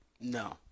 No